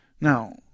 Now